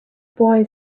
boy